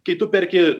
kai tu perki